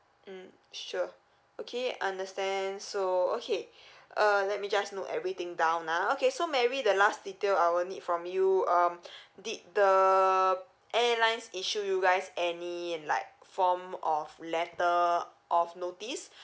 mm sure okay understand so okay uh let me just note everything down ah okay so mary the last detail I will need from you um did the airline issue you guys any like form of letter of notice